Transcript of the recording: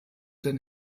den